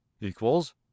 equals